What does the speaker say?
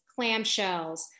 clamshells